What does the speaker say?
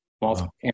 multiple